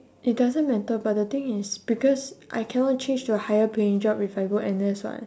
it doesn't matter but the thing is because I cannot change to a higher paying job if I go N_S [what]